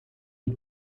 mit